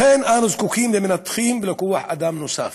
לכן, אנו זקוקים למנתחים ולכוח אדם נוסף,